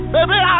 Baby